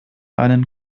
einen